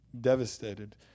devastated